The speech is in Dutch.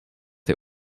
hij